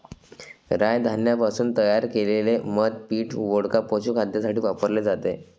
राय धान्यापासून तयार केलेले मद्य पीठ, वोडका, पशुखाद्यासाठी वापरले जाते